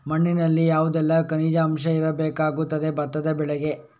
ಮಣ್ಣಿನಲ್ಲಿ ಯಾವುದೆಲ್ಲ ಖನಿಜ ಅಂಶ ಇರಬೇಕಾಗುತ್ತದೆ ಭತ್ತದ ಬೆಳೆಗೆ?